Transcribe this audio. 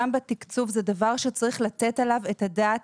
גם בתקצוב זה דבר שיש לתת עליו את הדעת